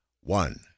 one